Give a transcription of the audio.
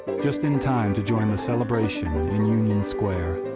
just in time to join the celebration in union square,